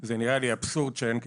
שזה נראה לי אבסורד שאין כדוגמתו.